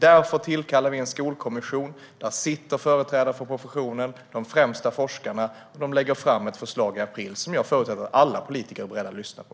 Därför tillkallar vi en skolkommission med företrädare för professionen och de främsta forskarna som ska lägga fram sitt förslag i april, som jag förutsätter att alla politiker är beredda att lyssna på.